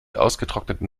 ausgetrockneten